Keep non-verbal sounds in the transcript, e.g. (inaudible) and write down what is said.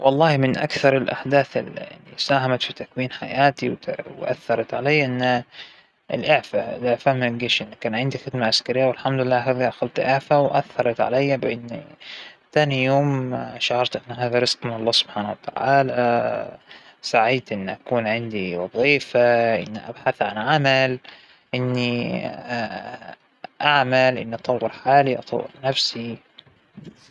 أكثرحدث أثر فينى وساهم بتكوين حياتى وشخصيتى، هو وفاة والدى الله يرحمه، يوم رحل الوالد أنا أختلفت تماماً، أتغيرت صرت شخصية ناضجة مبكراً، عاقلة أكثر تحملت مسؤولية بسن صغير، (hesitation) هديك الطفلة اللى كانت موجودة خلاص راحت.